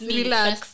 relax